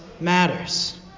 matters